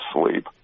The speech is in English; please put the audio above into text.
sleep